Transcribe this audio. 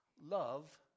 love